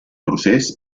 procés